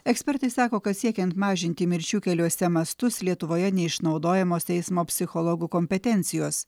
ekspertai sako kad siekiant mažinti mirčių keliuose mastus lietuvoje neišnaudojamos teismo psichologų kompetencijos